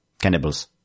cannibals